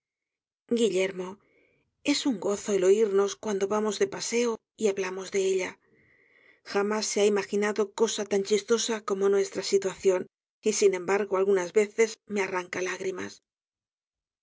guillermo es un gozo el oírnos cuando vamos á paseo y hablamos de ela jamás se ha imaginado cosa tan chistosa como nuestra situación y sin embargo algunas veces me arranca lágrimas